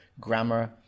grammar